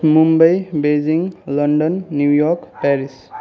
Mumbai Beijing London New York Paris